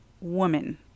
woman